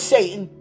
Satan